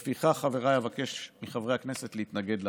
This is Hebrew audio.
לפיכך, חבריי, אבקש מחברי הכנסת להתנגד להצעה.